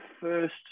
first